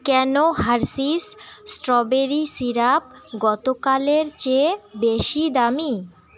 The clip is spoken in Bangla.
কেনো হার্শিস স্ট্রবেরি সিরাপ গতকালের চেয়ে বেশি দামি